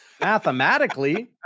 Mathematically